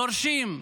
דורשים מהממשלה,